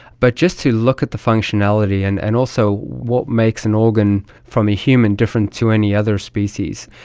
but just to look at the functionality and and also what makes an organ from a human different to any other species.